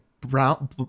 brown